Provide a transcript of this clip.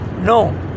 No